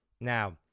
Now